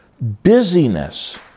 Busyness